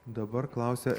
dabar klausia